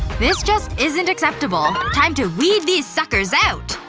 this just isn't acceptable. time to weed these suckers out!